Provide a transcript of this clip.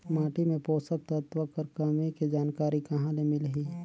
माटी मे पोषक तत्व कर कमी के जानकारी कहां ले मिलही?